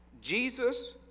Jesus